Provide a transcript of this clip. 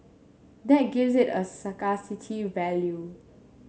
that gives it a scarcity value